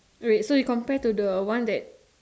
red so you compared to the one that